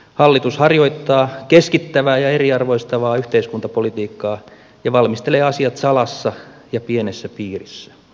hallitus harjoittaa keskittävää ja eriarvoistavaa yhteiskuntapolitiikkaa ja valmistelee asiat salassa ja pienessä piirissä